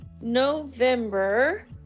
November